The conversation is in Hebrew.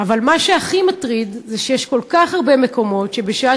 אבל מה שהכי מטריד זה שיש כל כך הרבה מקומות שבשעה